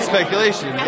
Speculation